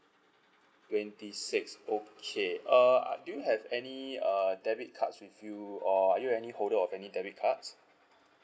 twenty six okay uh do you have any uh debit cards with you or are you any holder of any debit cards